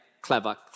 clever